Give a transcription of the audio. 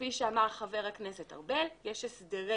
כפי שאמר חבר הכנסת ארבל, יש סדרי